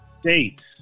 States